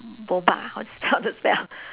how to spell